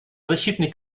защитный